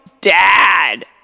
dad